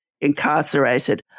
incarcerated